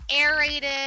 aerated